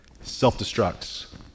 Self-destructs